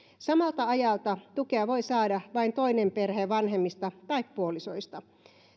samalta ajalta tukea voi saada vain toinen perheen vanhemmista tai puolisoista